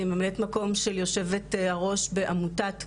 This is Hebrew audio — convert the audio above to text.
אני ממלאת מקום של יושבת הראש בעמותת "כן",